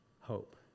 Hope